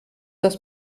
das